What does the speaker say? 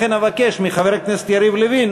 לכן אבקש מחבר הכנסת יריב לוין